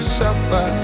suffer